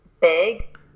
big